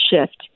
shift